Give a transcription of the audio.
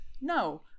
No